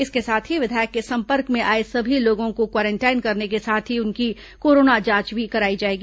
इसके साथ ही विधायक के संपर्क में आए सभी लोगों को क्वारेंटाइन करने के साथ ही उनकी कोरोना जांच भी कराई जाएगी